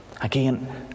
Again